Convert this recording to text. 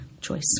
choice